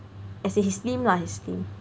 as in he's slim lah he's slim